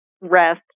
rest